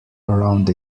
around